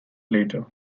later